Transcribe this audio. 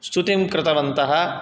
स्तुतिं कृतवन्तः